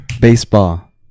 Baseball